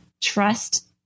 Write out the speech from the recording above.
trust